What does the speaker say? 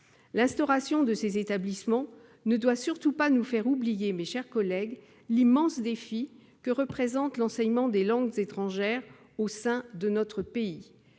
L'instauration de ces établissements ne doit surtout pas nous faire oublier, mes chers collègues, l'immense défi que représente l'enseignement des langues étrangères au sein de notre pays.